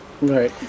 Right